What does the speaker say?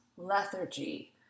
lethargy